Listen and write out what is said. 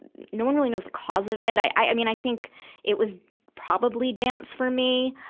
and no one really knows the cause of it. i, i, i, mean, i think it was probably dance for me.